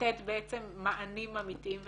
לתת בעצם מענים אמיתיים וטובים.